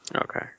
Okay